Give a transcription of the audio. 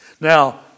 Now